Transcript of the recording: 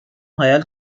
hayal